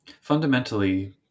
Fundamentally